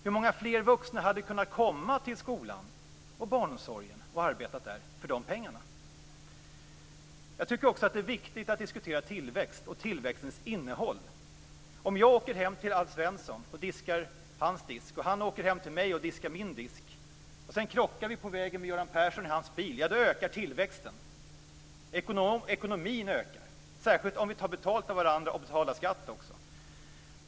Hur många fler vuxna hade kunnat arbeta i skolan och barnomsorgen för de pengarna? Jag tycker också att det är viktigt att diskutera tillväxt och tillväxtens innehåll. Om jag åker hem till Alf Svensson och diskar hans disk och han åker hem till mig och diskar min disk, och vi sedan krockar på vägen med Göran Persson i hans bil, ökar tillväxten. Ekonomin ökar, särskilt om vi tar betalt av varandra och betalar skatt.